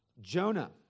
Jonah